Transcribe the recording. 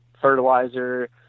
fertilizer